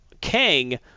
Kang